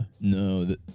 no